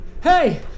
Hey